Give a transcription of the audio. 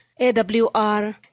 AWR